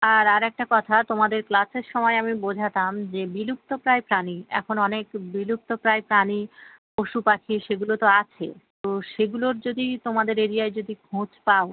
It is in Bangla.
আর আরেকটা কথা তোমাদের ক্লাসের সমায় আমি বোঝাতাম যে বিলুপ্ত প্রায় প্রাণী এখন অনেক বিলুপ্ত প্রায় প্রাণী পশু পাখি সেগুলো তো আছে তো সেগুলোর যদি তোমাদের এরিয়ায় যদি খোঁজ পাও